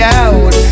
out